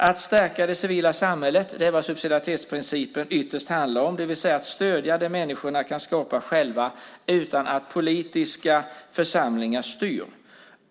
Att stärka det civila samhället är vad subsidiaritetsprincipen ytterst handlar om, det vill säga att stödja det människorna kan skapa själva utan att politiska församlingar styr.